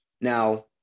Now